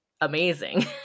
amazing